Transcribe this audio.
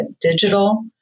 digital